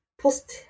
post